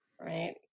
Right